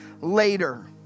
later